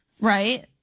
right